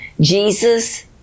Jesus